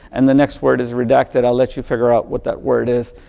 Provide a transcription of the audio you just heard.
and the next word is redacted. i'll let you figure out what that word is.